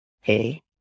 hey